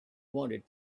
wanted